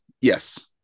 Yes